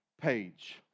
page